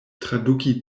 traduki